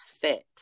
fit